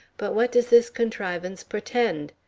but what does this contrivance portend?